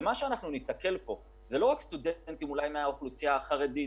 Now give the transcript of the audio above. זה לא רק סטודנטים מהאוכלוסייה החרדית,